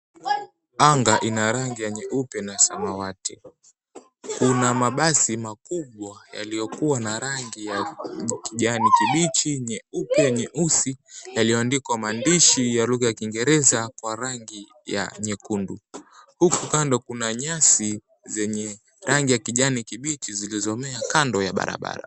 Anga ina rangi ya nyeupe na samawati. Kuna mabasi makubwa yaliyokuwa na rangi ya kijani kibichi, nyeupe, nyeusi, yaliyoandikwa maandishi ya lugha ya kiingereza kwa rangi ya nyekundu. Huku kando kuna nyasi zenye rangi ya kijani kibichi zilizomea kando ya barabara.